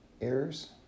errors